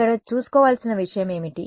అక్కడ చూసుకోవాల్సిన విషయం ఏమిటి